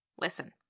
Listen